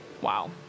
Wow